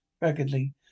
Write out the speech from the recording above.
raggedly